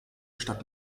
stadt